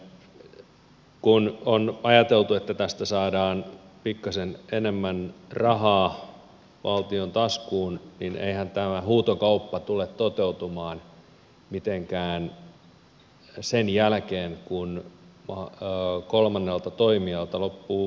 nimittäin kun on ajateltu että tästä saadaan pikkasen enemmän rahaa valtion taskuun niin eihän tämä huutokauppa tule toteutumaan mitenkään sen jälkeen kun kolmannelta toimijalta loppuu raha